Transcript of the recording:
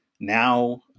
now